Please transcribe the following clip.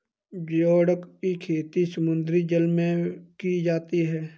geoduck की खेती समुद्री जल में की जाती है